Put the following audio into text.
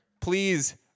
Please